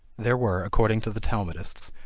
there were, according to the talmudists,